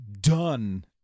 done